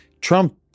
Trump